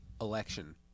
Election